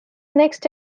next